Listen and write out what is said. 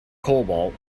cobalt